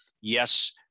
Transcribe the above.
Yes